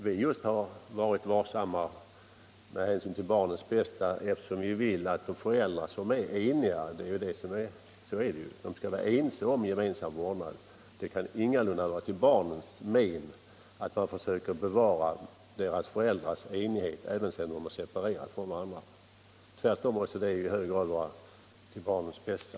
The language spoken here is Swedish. Vi har varit varsamma och tänkt på barnens bästa, eftersom vi vill att de föräldrar som är ense om gemensam vårdnad också skall få det. Det kan ingalunda vara till men för barnen att man försöker bevara enigheten mellan föräldrarna även sedan de separerat från varandra. Det måste tvärtom i hög grad vara till barnens bästa.